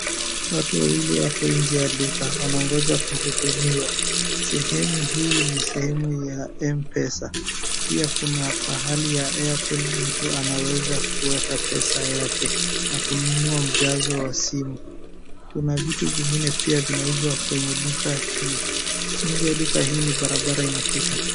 Watu wawili wako nje ya duka wanangoja kuhudumiwa. Sehemu hii ni sehemu ya Mpesa. Pia kuna pahali ya Airtel mtu anaweza kuweka pesa yake na kununua ujazo wa simu. Kuna vitu vingine pia zinauzwa kwenye duka hii. Nje ya duka hii ni barabara inapita.